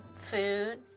food